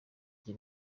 jye